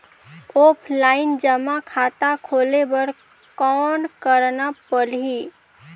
Offline जमा खाता खोले बर कौन करना पड़ही?